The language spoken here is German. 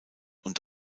und